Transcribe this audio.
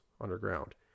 underground